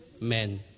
men